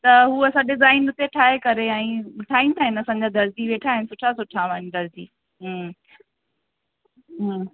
त हूअ असां डिज़ाइन हुते ठाहे करे ऐं ठाहींदा आहिनि असांजा दर्जी वेठा आहिनि सुठा सुठा आहिनि दर्जी हम्म हम्म